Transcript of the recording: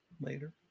Later